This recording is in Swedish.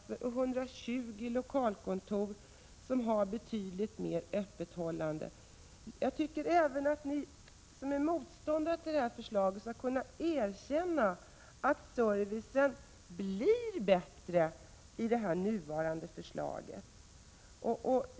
Det innebär att folkbokföringen det senaste halvseklet har utretts fram och tillbaka med i genomsnitt två utredningar per decennium. Är det någon fråga som verkligen är utredd så är det denna.